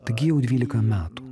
taigi jau dvylika metų